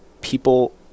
people